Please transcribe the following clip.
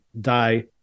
die